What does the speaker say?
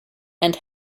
and